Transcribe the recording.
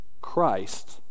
Christ